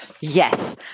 Yes